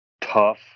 tough